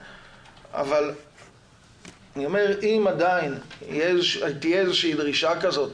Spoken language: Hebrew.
אבל אני אומר אם עדיין תהיה איזה שהיא דרישה כזאת